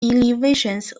elevations